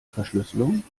verschlüsselung